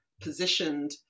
positioned